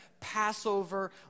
Passover